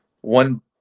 one